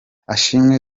ashimwe